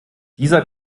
dieser